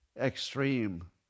Extreme